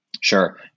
Sure